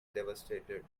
devastated